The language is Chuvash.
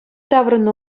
таврӑннӑ